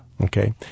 Okay